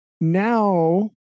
now